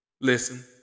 Listen